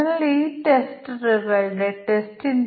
കൂടാതെ ഇത് ഒരു എസ്ബിഐ കാർഡ് അടിസ്ഥാനമാക്കിയുള്ള പേയ്മെന്റാണോ അല്ലയോ